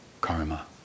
karma